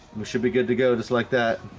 we should be good to go just like that